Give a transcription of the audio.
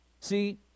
See